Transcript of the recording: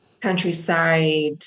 Countryside